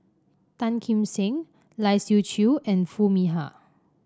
Tan Kim Seng Lai Siu Chiu and Foo Mee Har